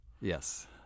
Yes